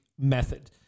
method